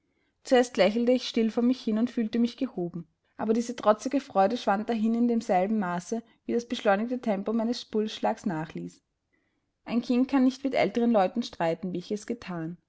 zuerst lächelte ich still vor mich hin und fühlte mich gehoben aber diese trotzige freude schwand dahin in demselben maße wie das beschleunigte tempo meines pulsschlags nachließ ein kind kann nicht mit älteren leuten streiten wie ich es gethan